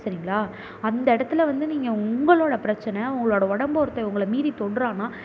சரிங்களா அந்த இடத்துல வந்து நீங்கள் உங்களோடய பிரச்சனை உங்களோடய உடம்பு ஒருத்தன் உங்களை மீறி தொடுறான்னா